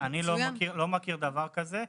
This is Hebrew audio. אני לא מכיר דבר כזה.